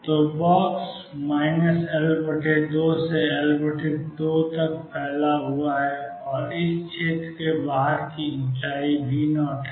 तो box minus L2 से L2 तक फैला हुआ है और इस क्षेत्र के बाहर की ऊंचाई V0 है